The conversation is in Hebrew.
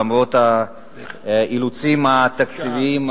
למרות האילוצים התקציביים,